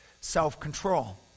self-control